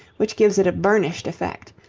which gives it a burnished effect,